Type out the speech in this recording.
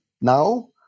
now